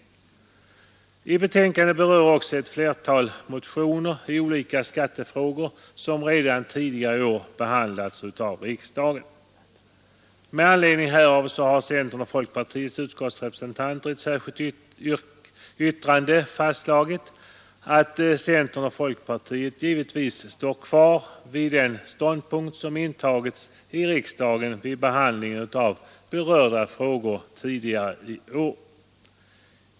I betänkandet berörs också ett flertal motioner i olika skattefrågor som redan tidigare i år har behandlats av riksdagen. Med anledning härav har centerns och folkpartiets utskottsrepresentanter i ett särskilt yttrande fastslagit att centern och folkpartiet givetvis står kvar vid den ståndpunkt som intagits i riksdagen vid behandlingen av berörda frågor tidigare i år.